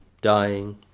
dying